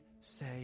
say